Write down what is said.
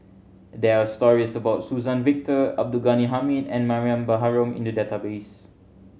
there are stories about Suzann Victor Abdul Ghani Hamid and Mariam Baharom in the database